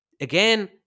again